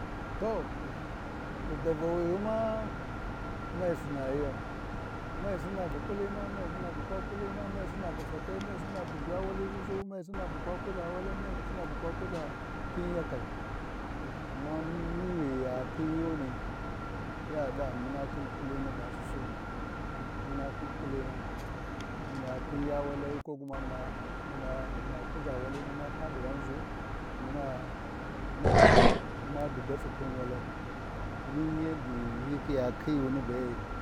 To ɗi davuwaighima mau Sinayiyam, mai Sina bu ƙulina mai sina bu kwa ƙullina, mai sina bu fatai, mai sina buzha wali sussu mai sina bu kwa kuʒa walai, mai sina bu kwa kuʒa piyakai, amma mun ghi ya piyuni yaɗa muna khin ƙulini ba sussu. Muna khin ƙulina muna pinya walayu ko gma muna-muna muna kuʒa wali muna Ltha ɗi ghanzu, muna muna Ummaɗi datsi khin walai, wuyan taddi ya khiyuni bee.